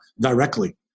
directly